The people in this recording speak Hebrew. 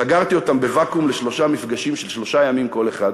סגרתי אותם בוואקום לשלושה מפגשים של שלושה ימים כל אחד,